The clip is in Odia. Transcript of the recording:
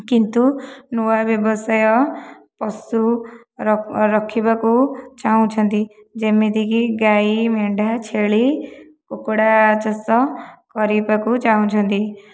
କିନ୍ତୁ ନୂଆ ବ୍ୟବସାୟ ପଶୁ ରଖିବାକୁ ଚାହୁଁଛନ୍ତି ଯେମିତିକି ଗାଈ ମେଣ୍ଢା ଛେଳି କୁକୁଡ଼ା ଚାଷ କରିବାକୁ ଚାହୁଁଛନ୍ତି